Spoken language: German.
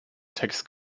text